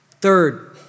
Third